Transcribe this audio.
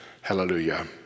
Hallelujah